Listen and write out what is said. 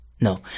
No